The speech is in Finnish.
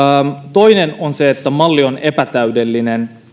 toinen on se että malli on epätäydellinen